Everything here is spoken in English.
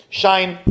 shine